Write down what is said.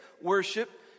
worship